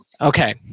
Okay